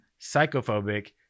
Psychophobic